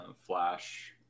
Flash